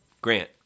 Grant